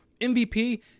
MVP